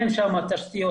אין שם תשתיות.